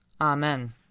Amen